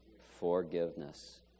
Forgiveness